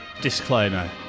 disclaimer